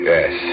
Yes